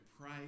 pray